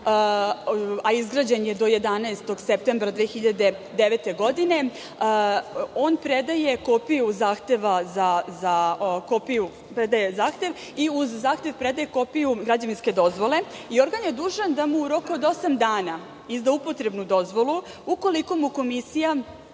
a izgrađen je do 11. septembra 2009. godine, on predaje zahtev, i uz zahtev predaje kopiju građevinske dozvole i organ je dužan da mu u roku od osam dana izda upotrebnu dozvolu, ukoliko mu komisija